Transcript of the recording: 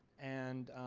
and